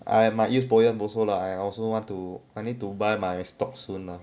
I might use POEMS also lah I also want to I need to buy my stock soon ah